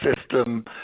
system